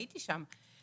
הייתי שם.